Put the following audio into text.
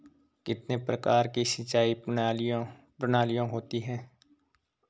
कितने प्रकार की सिंचाई प्रणालियों होती हैं?